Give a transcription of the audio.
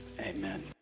amen